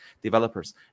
developers